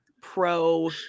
pro-